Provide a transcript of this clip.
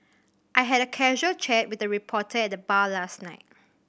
I had a casual chat with a reporter at the bar last night